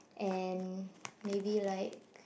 and maybe like